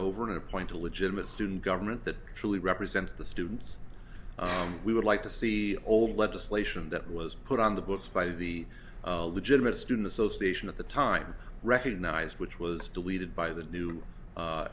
over and appoint a legitimate student government that truly represents the students we would like to see old legislation that was put on the books by the legitimate student association at the time recognized which was deleted by the new